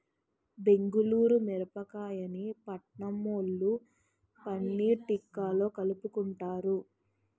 బెంగుళూరు మిరపకాయని పట్నంవొళ్ళు పన్నీర్ తిక్కాలో కలుపుకుంటారు